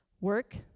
Work